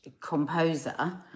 composer